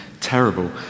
Terrible